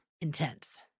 Intense